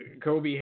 Kobe